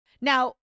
Now